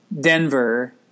denver